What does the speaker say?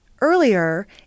earlier